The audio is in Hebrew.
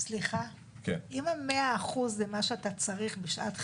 אם המאה אחוז זה מה שאתה צריך בשעת חירום,